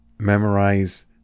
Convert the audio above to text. Memorize